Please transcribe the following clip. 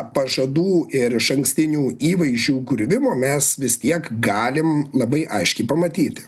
pažadų ir išankstinių įvaizdžių griuvimo mes vis tiek galim labai aiškiai pamatyti